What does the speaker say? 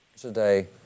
...today